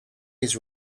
his